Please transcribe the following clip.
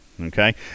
Okay